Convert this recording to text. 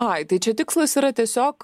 ai tai čia tikslas yra tiesiog